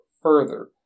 further